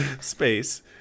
Space